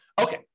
Okay